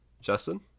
Justin